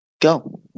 Go